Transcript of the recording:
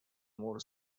more